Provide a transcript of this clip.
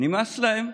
נמאס להם,